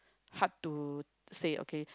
hard to say okay